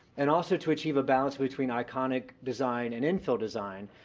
and also to achieve a balance between iconic design and in-fill design.